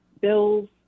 bills